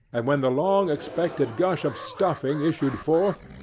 and when the long expected gush of stuffing issued forth,